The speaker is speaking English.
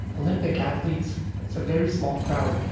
olympic athletes, it's a very small crowd.